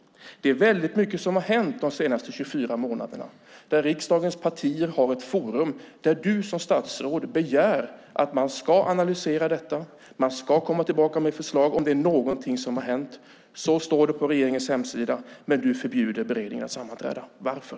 Det är väldigt mycket som har hänt de senaste 24 månaderna. Riksdagens partier har ett forum där du som statsråd begär att man ska analysera detta och att man ska komma tillbaka med förslag om det är någonting som har hänt. Så står det på regeringens hemsida, men du förbjuder beredningen att sammanträda. Varför?